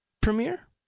premiere